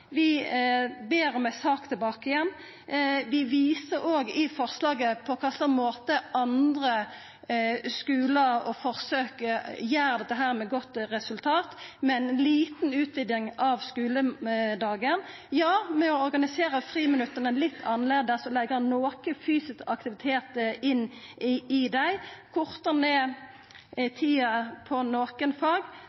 Vi ber om ei sak tilbake igjen. Vi viser òg i forslaget på kva slags måte andre skular og forsøk gjer dette med godt resultat, med ei lita utviding av skuledagen. Ja, ved å organisera friminutta litt annleis og leggja noko fysisk aktivitet inn i dei og ved å korta ned tida i